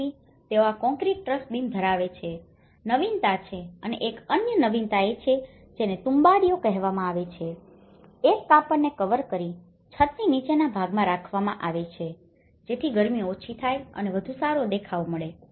તેથી તેઓ આ કોંક્રિટ ટ્રસ બીમ ધરાવે છે જે નવીનતા છે અને એક અન્ય નવીનતા છે જેને તુમ્બાડિલો કહેવામાં આવે છે એક કાપડને કવર કરીને છતની નીચેના ભાગમાં રાખવામાં આવે છે જેથી ગરમી ઓછી થાય અને વધુ સારું દેખાવ મળે